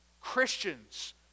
Christians